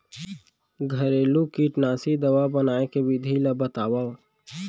घरेलू कीटनाशी दवा बनाए के विधि ला बतावव?